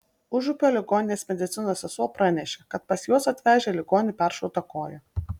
užupio ligoninės medicinos sesuo pranešė kad pas juos atvežę ligonį peršauta koja